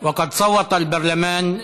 האישה (תיקון מס'